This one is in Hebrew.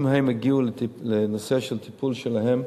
אם הם הגיעו לנושא של הטיפול שלהם,